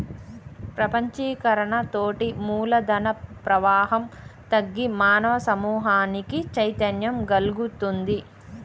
ప్రపంచీకరణతోటి మూలధన ప్రవాహం తగ్గి మానవ సమూహానికి చైతన్యం గల్గుతుంది